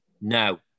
no